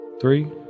three